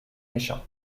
méchant